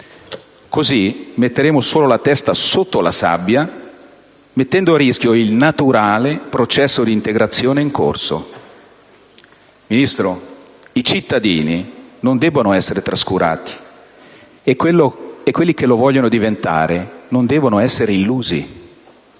Così metteremo solo la testa sotto la sabbia, mettendo a rischio il naturale processo di integrazione in corso. Ministro, i cittadini non devono essere trascurati e quelli che lo vogliono diventare non devono essere illusi.